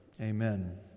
Amen